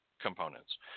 components